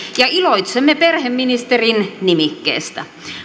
ja iloitsemme perheministerin nimikkeestä